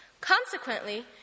Consequently